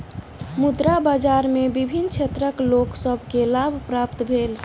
मुद्रा बाजार में विभिन्न क्षेत्रक लोक सभ के लाभ प्राप्त भेल